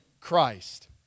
Christ